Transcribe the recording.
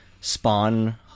Spawn